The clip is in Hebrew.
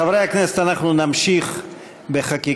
חברי הכנסת, אנחנו נמשיך בחקיקה.